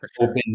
open